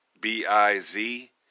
B-I-Z